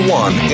one